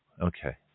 Okay